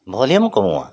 volume কমোৱা